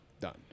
done